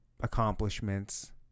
accomplishments